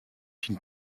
syn